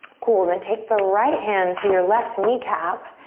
cool. then take the right hand to your left kneecap,